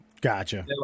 Gotcha